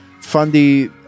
fundy